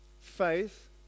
Faith